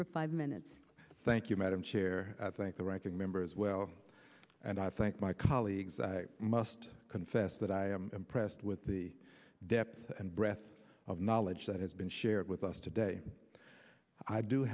for five minutes thank you madam chair i thank the ranking member as well and i thank my colleagues i must confess that i am impressed with the depth and breadth of knowledge that has been shared with us today i do